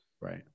Right